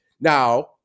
now